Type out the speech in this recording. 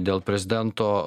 dėl prezidento